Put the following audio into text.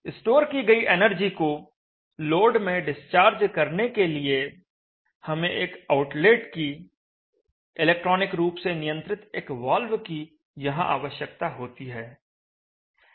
store की गई energy को लोड में डिस्चार्ज करने के लिए हमें एक आउटलेट की इलेक्ट्रॉनिक रूप से नियंत्रित एक वाल्व की यहां आवश्यकता होती है